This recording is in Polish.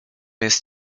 jest